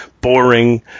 boring